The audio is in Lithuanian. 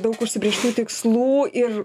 daug užsibrėžtų tikslų ir